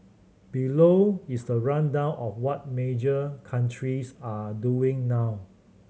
below is the rundown of what major countries are doing now